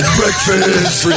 breakfast